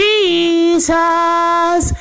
Jesus